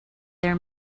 their